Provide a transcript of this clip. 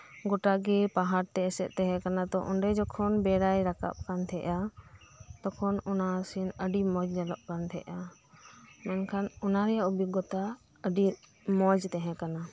ᱜᱚᱴᱟᱜᱤ ᱯᱟᱦᱟᱲᱛᱮ ᱮᱥᱮᱫ ᱛᱟᱦᱮᱸ ᱠᱟᱱᱟ ᱛᱚ ᱚᱸᱰᱮ ᱡᱚᱠᱷᱚᱱ ᱵᱮᱲᱟᱭ ᱨᱟᱠᱟᱵ ᱠᱟᱱ ᱛᱟᱦᱮᱸᱜᱼᱟ ᱛᱚᱠᱷᱚᱱ ᱚᱱᱟ ᱥᱤᱱ ᱟᱹᱰᱤᱢᱚᱪ ᱧᱮᱞᱚᱜ ᱠᱟᱱ ᱛᱟᱦᱮᱸᱜᱼᱟ ᱢᱮᱱᱠᱷᱟᱱ ᱚᱱᱟᱨᱮᱭᱟᱜ ᱚᱵᱤᱜᱚᱛᱟ ᱟᱹᱰᱤ ᱢᱚᱪ ᱛᱟᱦᱮᱸ ᱠᱟᱱᱟ